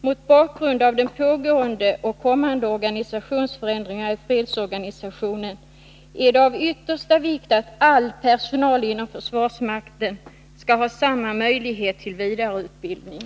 Mot bakgrund av pågående och kommande organisationsförändringar i fredsorganisationen är det av yttersta vikt att all personal inom försvarsmakten får samma möjlighet till vidareutbildning.